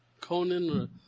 Conan